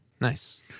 nice